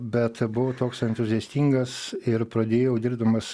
bet buvau toks entuziastingas ir pradėjau dirbdamas